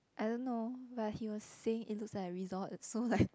I don't know but he was saying it looks like a resort it's so like